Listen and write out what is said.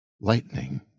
Lightning